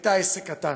הייתה עסק קטן,